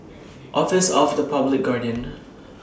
Office of The Public Guardian